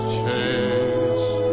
chase